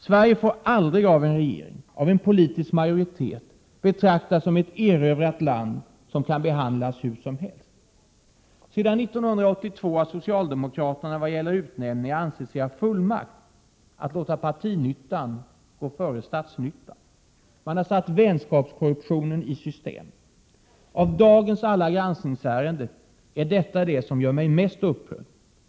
Sverige får aldrig av en regering, av en politisk majoritet, betraktas som ett erövrat land som kan behandlas hur som helst. Sedan 1982 har socialdemokraterna vad gäller utnämningar ansett sig ha fullmakt att låta partinyttan gå före statsnyttan. Man har satt vänskapskorruptionen i system. Av dagens alla granskningsärenden är detta det som gör mig mest upprörd. Det är svenska Prot.